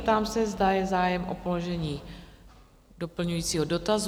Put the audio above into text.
Zeptám se, zda je zájem o položení doplňujícího dotazu?